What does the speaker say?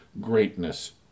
greatness